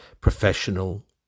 professional